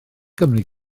gymri